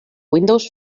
windows